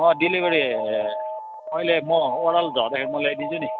अँ डिलिभरी अहिले म ओह्रालो झर्दाखेरि म ल्याइदिन्छु नि